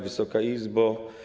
Wysoka Izbo!